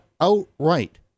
outright